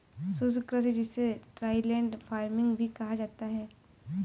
शुष्क कृषि जिसे ड्राईलैंड फार्मिंग भी कहा जाता है